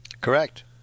Correct